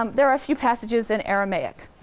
um there are a few passages in aramaic.